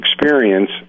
experience